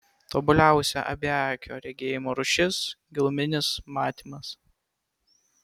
tobuliausia abiakio regėjimo rūšis giluminis matymas